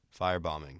firebombing